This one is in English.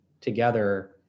together